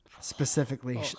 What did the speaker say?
specifically